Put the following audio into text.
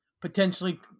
Potentially